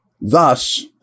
thus